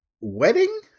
wedding